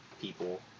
people